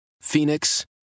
Phoenix